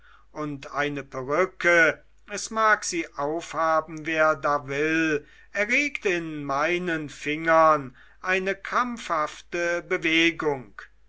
und eine perücke es mag sie aufhaben wer da will erregt in meinen fingern eine krampfhafte bewegung